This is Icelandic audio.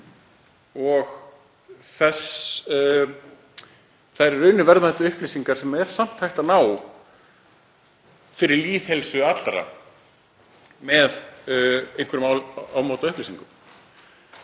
um alla, þær í rauninni verðmætu upplýsingar sem er samt hægt að ná fyrir lýðheilsu allra með einhverjum ámóta upplýsingum.